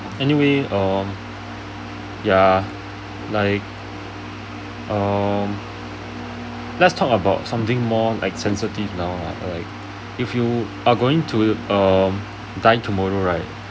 anyway um ya like um let's talk about something more like sensitive now like if you are going to um die tomorrow right